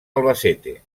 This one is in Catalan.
albacete